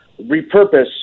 repurpose